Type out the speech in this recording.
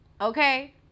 okay